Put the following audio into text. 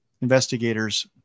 investigators